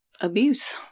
abuse